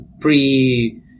pre